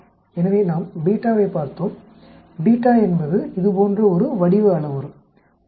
எனவே நாம் வைப் பார்த்தோம் என்பது இதுபோன்று ஒரு வடிவ அளவுரு உண்மையில்